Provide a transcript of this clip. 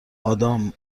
آدام